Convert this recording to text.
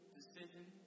decision